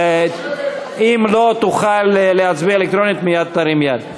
אם לא תוכל להצביע אלקטרונית, מייד תרים יד.